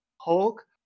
Hulk